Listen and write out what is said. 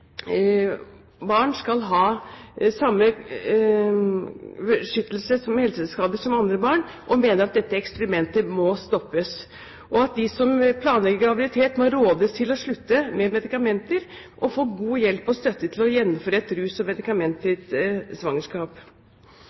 barn skal ha samme beskyttelse mot helseskader som andre barn, og mener at dette eksperimentet må stoppes, og at de som planlegger graviditet, må rådes til å slutte med medikamenter og få god hjelp og støtte til å gjennomføre et rus- og medikamentfritt svangerskap.